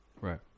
Right